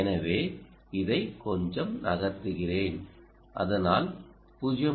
எனவே இதை கொஞ்சம் நகர்த்துகிறேன் அதனால் 0